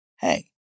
hey